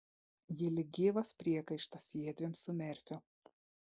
ji lyg gyvas priekaištas jiedviem su merfiu